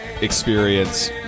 experience